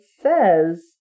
says